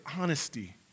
honesty